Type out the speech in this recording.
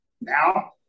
Now